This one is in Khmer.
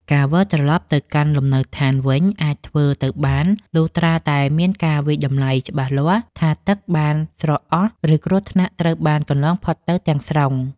ការវិលត្រឡប់ទៅកាន់លំនៅឋានវិញអាចធ្វើទៅបានលុះត្រាតែមានការវាយតម្លៃច្បាស់លាស់ថាទឹកបានស្រកអស់ ឬគ្រោះថ្នាក់ត្រូវបានកន្លងផុតទៅទាំងស្រុង។